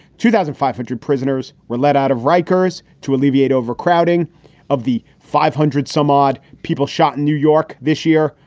two thousand five hundred prisoners were let out of rikers to alleviate overcrowding of the five hundred some odd people shot in new york this year.